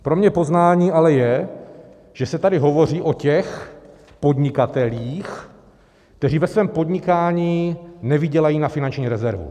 Pro mě poznání ale je, že se tady hovoří o těch podnikatelích, kteří ve svém podnikání nevydělají na finanční rezervu.